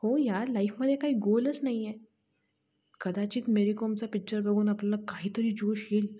हो या लाईफमध्ये काही गोलच नाहीये कदाचित मेरीकॉमचा पिच्चर बघून आपल्याला काहीतरी जोश येईल